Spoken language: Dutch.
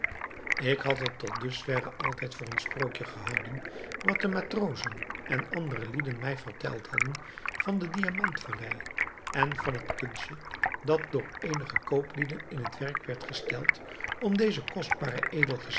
ik had het tot dus verre altijd voor een sprookje gehouden wat de matrozen en andere lieden mij verteld hadden van de diamant vallei en van het kunstje dat door eenige kooplieden in het werk werd gesteld om deze kostbare